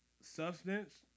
substance